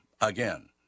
Again